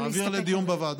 להעביר לדיון בוועדה.